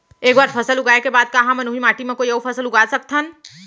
एक बार फसल उगाए के बाद का हमन ह, उही माटी मा कोई अऊ फसल उगा सकथन?